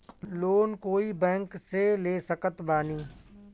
Loan कोई bank से ले सकत बानी?